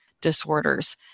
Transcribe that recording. disorders